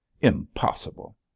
Impossible